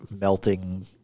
melting